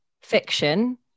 fiction